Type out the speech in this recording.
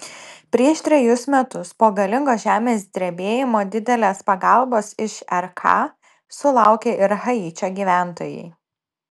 prieš trejus metus po galingo žemės drebėjimo didelės pagalbos iš rk sulaukė ir haičio gyventojai